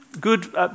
good